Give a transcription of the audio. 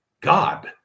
God